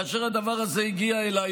כאשר הדבר הזה הגיע אליי,